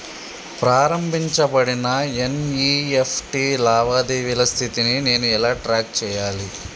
ప్రారంభించబడిన ఎన్.ఇ.ఎఫ్.టి లావాదేవీల స్థితిని నేను ఎలా ట్రాక్ చేయాలి?